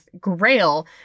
Grail